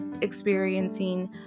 experiencing